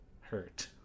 hurt